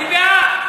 אני בעד.